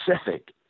specific